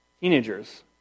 Teenagers